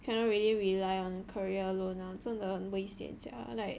cannot really rely on career 路 ah 真的很危险 sia like